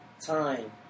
time